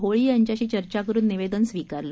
होळी यांच्याशी चर्चा करुन निवेदन स्विकारलं